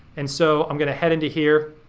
and so i'm gonna head into here